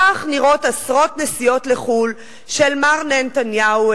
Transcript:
כך נראות עשרות נסיעות לחו"ל של מר נהנתניהו,